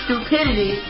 stupidity